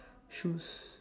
shoes